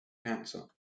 cancer